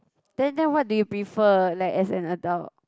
then then what do you prefer like as an adult